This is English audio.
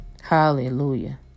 Hallelujah